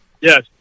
yes